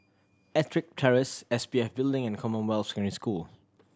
Ettrick Terrace S P F Building and Commonwealth Secondary School